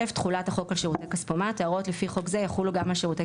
"תחולת החוק על שירותי כספומט 47א. ההוראות לפי חוק זה יחולו גם על שירותי